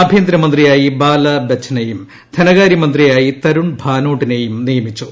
ആഭ്യന്തരമന്ത്രിയായി ബാലാ ബച്ചണിയും ്ധനകാര്യമന്ത്രിയായി തരുൺ ഭാനോട്ടിനെയും നിയമിച്ചു